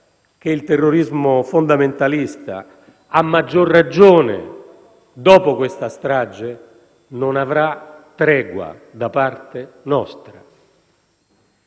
che il terrorismo fondamentalista, a maggior ragione dopo questa strage, non avrà tregua da parte nostra.